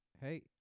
Hey